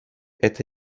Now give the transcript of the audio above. это